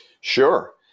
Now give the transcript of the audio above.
Sure